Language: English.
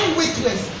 weakness